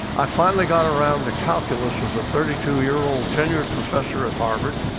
i finally got around to calculus as a thirty two year old tenured professor at harvard,